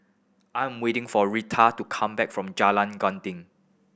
I'm waiting for Retta to come back from Jalan Gendang